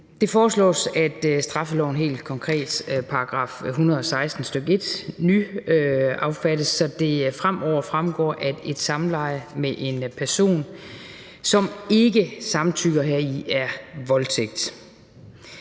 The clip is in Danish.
Det foreslås, at straffeloven, helt konkret § 116, stk 1, nyaffattes, så det fremover fremgår, at et samleje med en person, som ikke samtykker heri, er voldtægt.